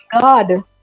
God